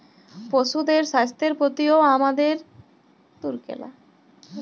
পশুদের স্বাস্থ্যের প্রতিও হামাদের সজাগ থাকা উচিত আর দরকার